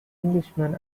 englishman